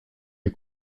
les